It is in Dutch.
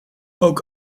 ook